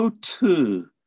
two